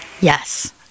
Yes